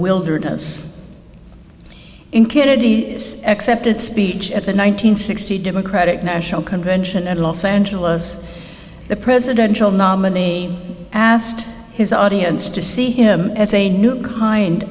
wilderness in kennedy accepted speech at the one nine hundred sixty democratic national convention in los angeles the presidential nominee asked his audience to see him as a new kind